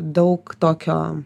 daug tokio